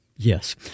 Yes